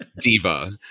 diva